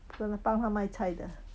帮他卖的